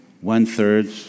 one-third